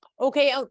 okay